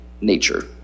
nature